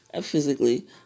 physically